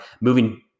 moving